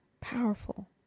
powerful